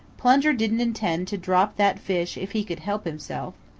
plunger didn't intend to drop that fish if he could help himself.